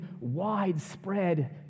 widespread